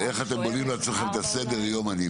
על סדר היום על מה אנחנו דנים עכשיו?